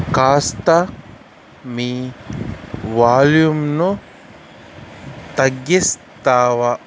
కాస్త మీ వాల్యూమ్ను తగ్గిస్తావా